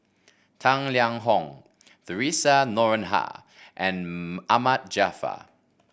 Tang Liang Hong Theresa Noronha and Ahmad Jaafar